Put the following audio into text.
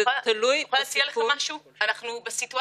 האוניברסיטאות ולכן אנחנו מדברים מתוך כאב,